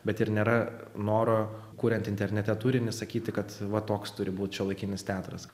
bet ir nėra noro kuriant internete turinį sakyti kad va toks turi būt šiuolaikinis teatras